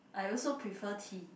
I also prefer tea